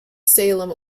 salem